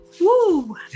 Woo